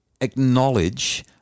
acknowledge